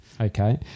Okay